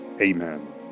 Amen